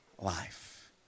life